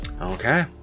Okay